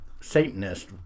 satanist